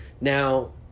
Now